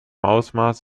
ausmaß